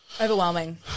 Overwhelming